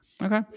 okay